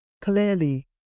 Clearly